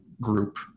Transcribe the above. group